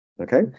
okay